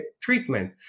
treatment